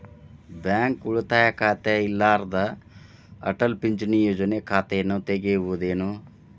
Bank ಉಳಿತಾಯ ಖಾತೆ ಇರ್ಲಾರ್ದ ಅಟಲ್ ಪಿಂಚಣಿ ಯೋಜನೆ ಖಾತೆಯನ್ನು ತೆಗಿಬಹುದೇನು?